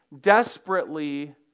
desperately